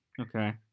Okay